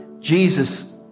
Jesus